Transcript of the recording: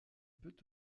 peut